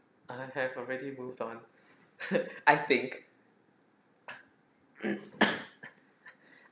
I have already moved on I think